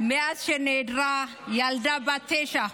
מאז שנעלמה ילדה בת תשע.